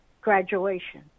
graduation